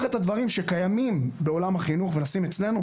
את הדברים שקיימים בעולם החינוך ונשים אצלנו,